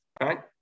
Right